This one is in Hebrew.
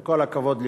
עם כל הכבוד לכולם,